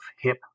hip